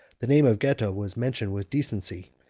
the name of geta was mentioned with decency,